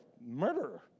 murderer